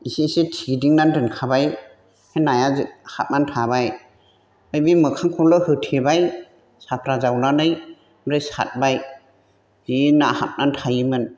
इसे इसे थेदिंनानै दोनखाबाय ओमफ्राय नाया हाबनानै थाबाय ओमफ्राय बे मोखांखौल' होथेबाय साफ्रा जावनानै ओमफ्राय साथबाय जि ना हाबनानै थायोमोन